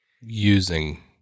using